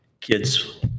kids